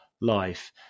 life